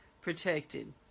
protected